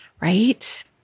right